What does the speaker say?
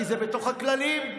כי זה בתוך הכללים.